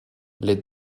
les